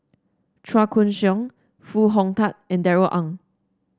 Chua Koon Siong Foo Hong Tatt and Darrell Ang